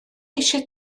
eisiau